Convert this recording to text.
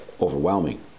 overwhelming